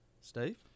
Steve